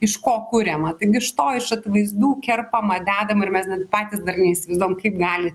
iš ko kuriama taigi iš to iš atvaizdų kerpama dedama ir mes net patys dar neįsivaizduojam kaip gali